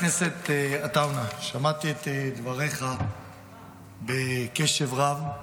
הכנסת עטאונה, שמעתי את דבריך בקשב רב.